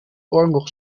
oorlog